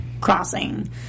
crossing